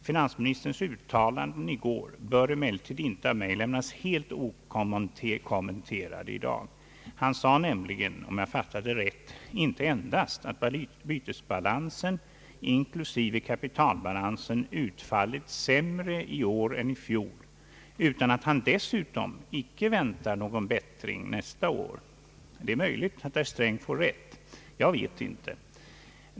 Finansministerns uttalanden i går bör emellertid inte av mig lämnas helt okommenterade i dag. Han sade nämligen, om jag fattade rätt, inte endast att bytesbalansen inklusive kapitalbalansen utfallit sämre i år än i fjol utan dessutom att han icke väntar någon bättring nästa år. Det är möjligt att herr Sträng får rätt, jag vet inte.